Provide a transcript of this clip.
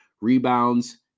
rebounds